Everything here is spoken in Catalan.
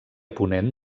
ponent